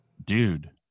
Dude